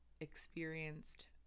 experienced